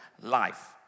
life